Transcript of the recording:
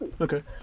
Okay